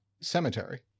Cemetery